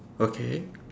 okay